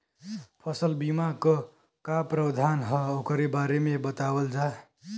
फसल बीमा क का प्रावधान हैं वोकरे बारे में बतावल जा?